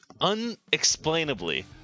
unexplainably